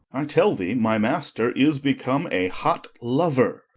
i tell thee my master is become a hot lover.